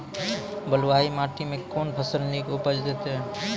बलूआही माटि मे कून फसल नीक उपज देतै?